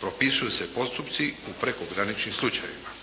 propisuju se postupci u prekograničnim slučajevima.